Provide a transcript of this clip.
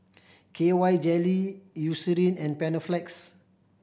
K Y Jelly Eucerin and Panaflex